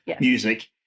music